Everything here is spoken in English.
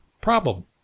problem